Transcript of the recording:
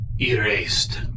erased